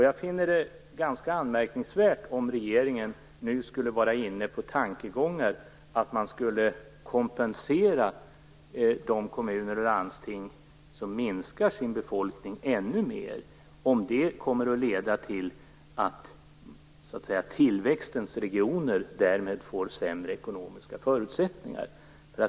Jag finner det ganska anmärkningsvärt om regeringen nu skulle vara inne på tankegången att kompensera de kommuner och landsting där befolkningen minskas ännu mera. Det leder till att tillväxtregionerna får sämre ekonomiska förutsättningar.